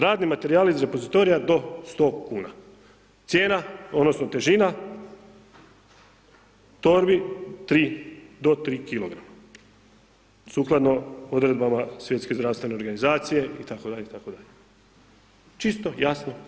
Radni materijali iz repozitorija do 100 kuna, cijena, odnosno težina torbi do 3 kg, sukladno odredbama Svjetske zdravstvene organizacije itd., itd., čisto, jasno.